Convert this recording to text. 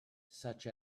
such